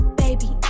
baby